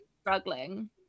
struggling